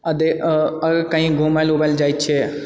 आ कही घुमए उमए लऽ जाइ छिऐ